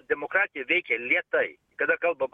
demokratija veikia lėtai kada kalbam